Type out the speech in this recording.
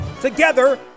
Together